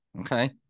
Okay